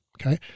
okay